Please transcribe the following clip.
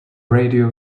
radio